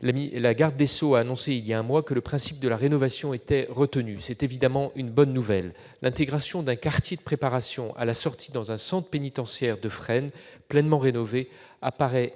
la garde des sceaux a annoncé il y a un mois que le principe de la rénovation était retenu. C'est évidemment une bonne nouvelle. L'intégration d'un quartier de préparation à la sortie dans un centre pénitentiaire de Fresnes pleinement rénové apparaît